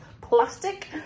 plastic